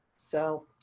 so,